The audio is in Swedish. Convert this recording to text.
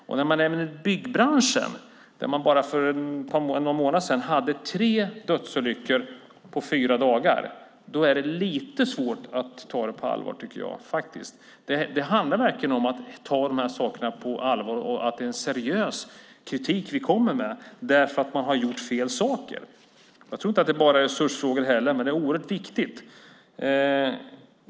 När ministern nämner byggbranschen, där man för bara några månader sedan hade tre dödsolyckor på fyra dagar, är det lite svårt att ta det på allvar, tycker jag. Det handlar verkligen om att ta de här sakerna på allvar. Det är seriös kritik vi kommer med därför att man har gjort fel saker. Jag tror inte heller att det bara handlar om resursfrågor, men detta är oerhört viktigt.